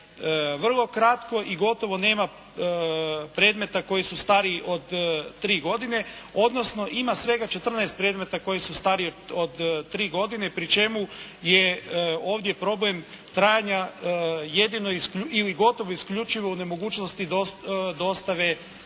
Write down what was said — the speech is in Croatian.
vrlo kratko i gotovo nema predmeta koji su stariji od tri godine, odnosno ima svega 14 predmeta koji su stariji od 3 godine pri čemu je ovdje problem trajanja jedino ili gotovo isključivo u nemogućnosti dostave sudske